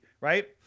Right